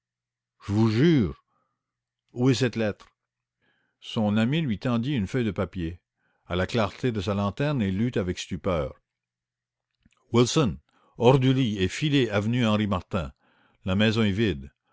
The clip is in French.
je vous jure où est-elle cette lettre à la clarté de sa lanterne il lut sur une feuille de papier que son ami lui tendait wilson hors du lit et filez avenue henri martin la maison est vide